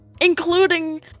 including